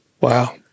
Wow